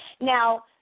Now